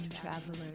travelers